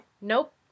Nope